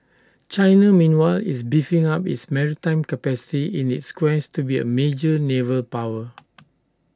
China meanwhile is beefing up its maritime capacity in its quest to be A major naval power